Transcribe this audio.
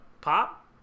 pop